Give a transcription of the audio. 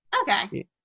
okay